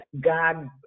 God